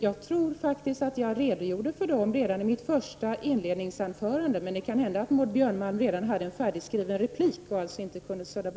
Jag tror faktiskt att jag redogjorde för dem redan i mitt inledningsanförande, men det kan hända att Maud Björnemalm hade en redan färdigskriven replik och bara läste upp den.